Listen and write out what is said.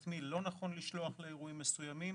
את מי לא נכון לשלוח לאירועים מסוימים.